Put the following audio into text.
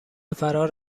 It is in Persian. فرار